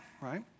right